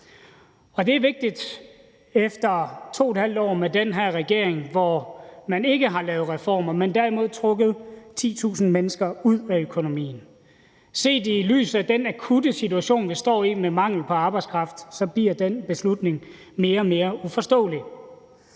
og det er vigtigt efter 2½ år med den her regering, hvor man ikke har lavet reformer, men derimod trukket 10.000 mennesker ud af økonomien. Set i lyset af den akutte situation, vi står i med mangel på arbejdskraft, bliver den beslutning mere og mere uforståelig.